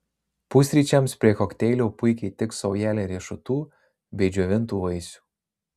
pusryčiams prie kokteilio puikiai tiks saujelė riešutų bei džiovintų vaisių